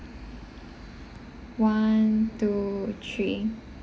one two three